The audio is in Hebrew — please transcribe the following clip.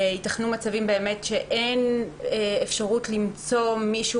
יתכנו מצבים שאין אפשרות למצוא מישהו